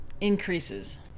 increases